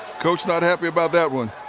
coach not happy about that one.